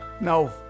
No